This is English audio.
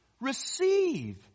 receive